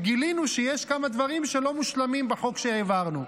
גילינו שיש כמה דברים שלא מושלמים בחוק שהעברנו.